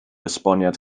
esboniad